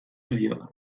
saioa